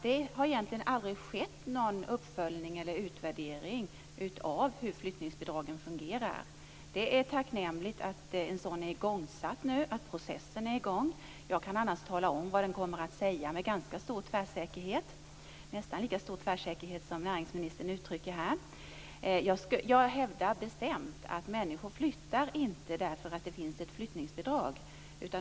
Det har egentligen aldrig skett någon uppföljning eller utvärdering av hur flyttningsbidragen fungerar. Det är tacknämligt att en sådan nu är igångsatt och att processen är i gång. Jag kan tala om vad utvärderingen kommer att säga med ganska stor tvärsäkerhet - nästan lika stor tvärsäkerhet som näringsministern uttrycker här. Jag hävdar bestämt att människor inte flyttar därför att det finns ett flyttningsbidrag.